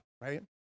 right